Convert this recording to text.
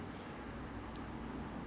everyone wants to go back to the office